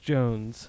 Jones